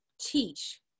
teach